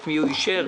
את מי הוא אישר,